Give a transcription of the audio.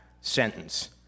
sentence